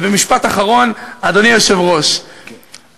ובמשפט אחרון, אדוני היושב-ראש, כן.